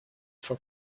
for